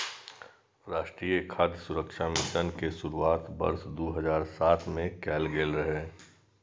राष्ट्रीय खाद्य सुरक्षा मिशन के शुरुआत वर्ष दू हजार सात मे कैल गेल रहै